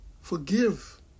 forgive